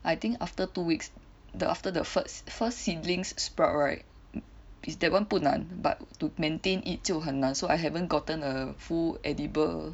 I think after two weeks the after the first first seedling sprout right is that one 不难 but to maintain it 就很难 so I haven't gotten a full edible